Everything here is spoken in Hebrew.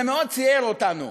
זה מאוד ציער אותנו.